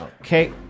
Okay